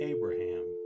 Abraham